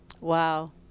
Wow